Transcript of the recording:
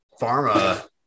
pharma